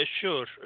Sure